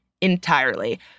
entirely